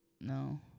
No